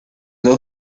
los